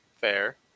Fair